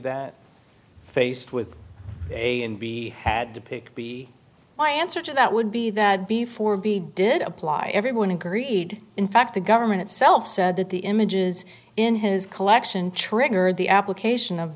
that faced with a and b had to pick b my answer to that would be that before b did apply everyone agreed in fact the government itself said that the images in his collection triggered the application of